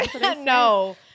No